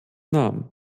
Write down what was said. namen